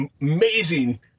amazing